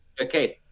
Okay